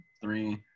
three